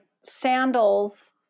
sandals